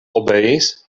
obeis